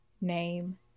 name